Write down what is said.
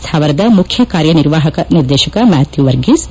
ಸ್ಥಾವರದ ಮುಖ್ಯ ಕಾರ್ಯ ನಿರ್ವಾಹಕ ನಿರ್ದೇಶಕ ಮ್ಲಾಥ್ನೂ ವರ್ಗಿಸ್